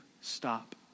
stop